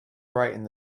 brightened